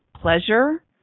pleasure